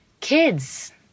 Kids